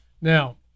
Now